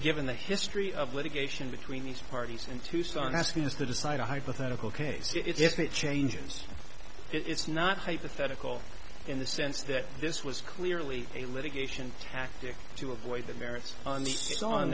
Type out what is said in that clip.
given the history of litigation between these parties in tucson asking us to decide a hypothetical case if it changes it's not hypothetical in the sense that this was clearly a litigation tactic to avoid the merits on the